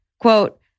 Quote